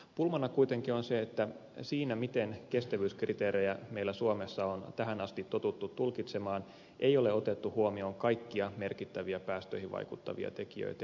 pulmana kuitenkin on se että siinä miten kestävyyskriteerejä meillä suomessa on tähän asti totuttu tulkitsemaan ei ole otettu huomioon kaikkia merkittäviä päästöihin vaikuttavia tekijöitä